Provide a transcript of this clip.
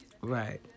Right